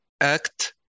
act